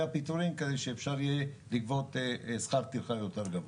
הפיטורין כדי שאפשר יהיה לגבות שכר טרחה יותר גבוה.